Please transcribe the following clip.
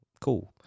Cool